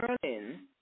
Berlin